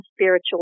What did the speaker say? spiritual